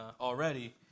already